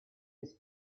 ist